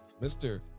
Mr